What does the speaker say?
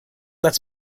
lets